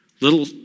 little